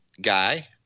guy